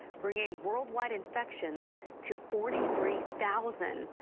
bringing worldwide infections to forty three thousand.